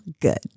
good